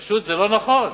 פשוט, זה לא נכון.